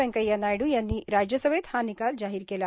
वेंकय्या नायडू यांनी राज्यसभेत हा निकाल जाहीर केला